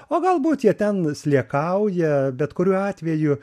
o galbūt jie ten sliekauja bet kuriuo atveju